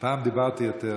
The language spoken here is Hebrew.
פעם דיברתי יותר.